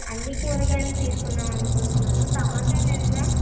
అన్ని కూరగాయలు తీసుకుందామని అనుకుంటున్నాను టొమాటోలు ఎలా